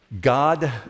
God